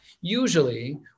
Usually